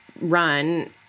run